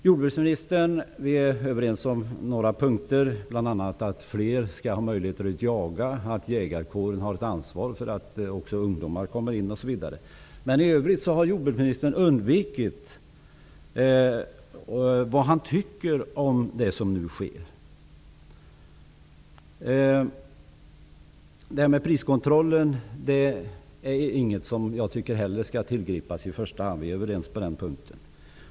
Jordbruksministern och jag är överens på några punkter, bl.a. att fler skall ha möjligheter och att jägarkåren har ett ansvar för att också ungdomar kommer in. I övrigt har jordbruksministern undvikit att tala om vad han tycker om det som nu sker. Jag tycker inte heller att man skall tillgripa priskontroll i första hand. Vi är överens på den punkten.